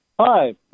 Hi